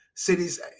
Cities